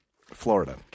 Florida